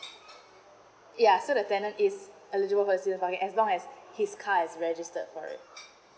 ya so the tenant is eligible as long as his car is registered for it